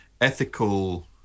ethical